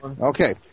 okay